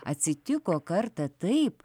atsitiko kartą taip